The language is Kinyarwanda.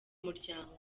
muryango